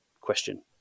question